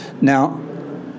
Now